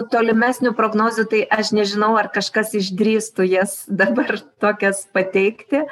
tolimesnių prognozių tai aš nežinau ar kažkas išdrįstų jas dabar tokias pateikti